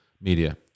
media